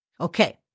Okay